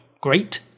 great